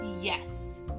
Yes